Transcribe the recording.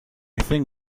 thing